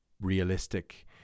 realistic